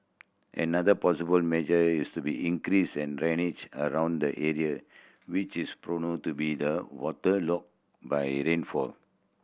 another possible measure is to be increase and drainage around the area which is prone to be the waterlogged by rainfall